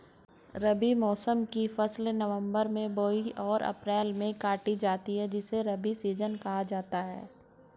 रबी मौसम की फसल नवंबर में बोई और अप्रैल में काटी जाती है जिसे रबी सीजन कहा जाता है